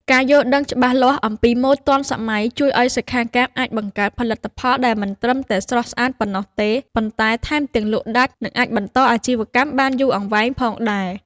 ការយល់ដឹងច្បាស់លាស់អំពីម៉ូដទាន់សម័យជួយឱ្យសិក្ខាកាមអាចបង្កើតផលិតផលដែលមិនត្រឹមតែស្រស់ស្អាតប៉ុណ្ណោះទេ ប៉ុន្តែថែមទាំងលក់ដាច់ និងអាចបន្តអាជីវកម្មបានយូរអង្វែងផងដែរ។